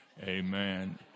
amen